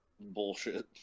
Bullshit